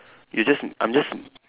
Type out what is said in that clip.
you just I'm just